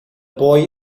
boy